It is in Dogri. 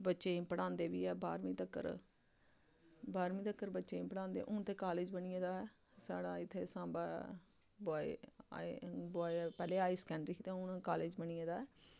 बच्चें गी पढ़ांदे बी ऐ बाह्रमीं तक्कर बाह्रमीं तक्कर बच्चें गी पढ़ांदे हून ते कालेज बनी गेदा ऐ साढ़ा इत्थै साम्बा बोआए हाई पैह्लें हाई स्कैंडरी हा ते हून कालेज बनी गेदा